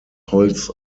holz